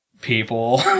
people